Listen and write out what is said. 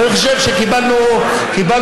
אז אני חושב שקיבלנו הרצאה,